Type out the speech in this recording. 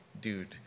Dude